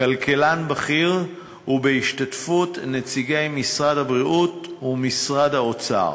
כלכלן בכיר ובהשתתפות נציגי משרד הבריאות ומשרד האוצר